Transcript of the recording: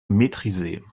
maîtrisée